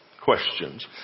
questions